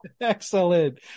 Excellent